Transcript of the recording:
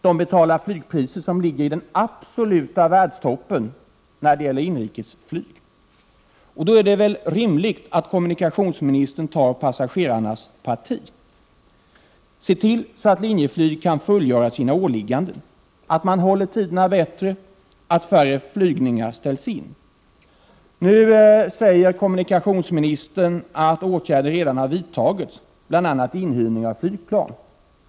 De betalar flygpriser som ligger i absoluta världstoppen när det gäller inrikesflyg. Det är då rimligt att kommunikationsministern tar passagerarnas parti, ser till att Linjeflyg kan fullgöra sina åligganden, håller tiderna bättre och ställer in färre flygningar. Nu säger kommunikationsministern att åtgärder redan har vidtagits, bl.a. inhyrning av flygplan.